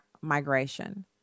migration